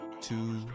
two